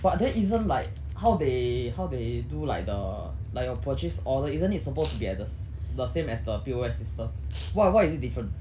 but then isn't like how they how they do like the like your purchase order isn't it supposed to be at the s~ the same as the P_O_S system [what] why is it different